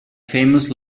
famous